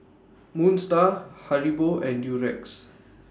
Moon STAR Haribo and Durex